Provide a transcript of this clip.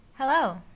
Hello